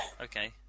Okay